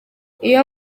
iyo